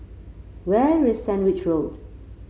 where is Sandwich Road